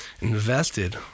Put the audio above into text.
invested